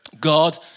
God